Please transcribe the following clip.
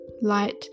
light